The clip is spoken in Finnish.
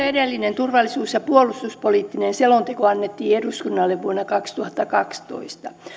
edellinen turvallisuus ja puolustuspoliittinen selonteko annettiin eduskunnalle vuonna kaksituhattakaksitoista